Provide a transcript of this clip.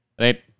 Right